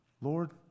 Lord